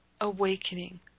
awakening